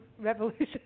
revolution